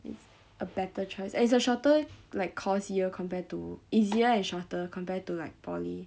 it's a better choice and it's a shorter like course year compared to easier and shorter compared to like poly